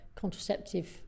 contraceptive